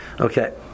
Okay